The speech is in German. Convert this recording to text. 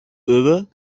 ober